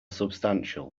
substantial